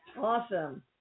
Awesome